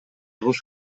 кылыш